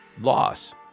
loss